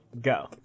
go